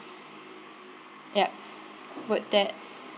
yup would that